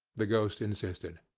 the ghost insisted.